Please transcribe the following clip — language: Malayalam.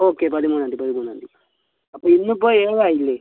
ഓക്കെ പതിമൂന്നാം തീയതി പതിമൂന്നാം തീയതി അപ്പോൾ ഇന്നിപ്പോൾ ഏഴായില്ലേ